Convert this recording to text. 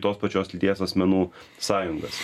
tos pačios lyties asmenų sąjungas